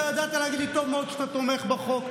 אתה ידעת להגיד לי טוב מאוד שאתה תומך בחוק.